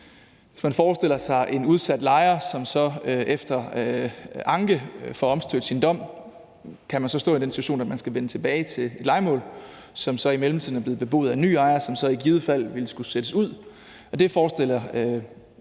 hvis man forestiller sig en udsat lejer, som så efter anke får omstødt sin dom – kan stå i den situation, at man skal vende tilbage til et lejemål, som så i mellemtiden er blevet beboet af en ny lejer, som så i givet fald ville skulle sættes ud.